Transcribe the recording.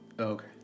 Okay